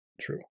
true